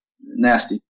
nasty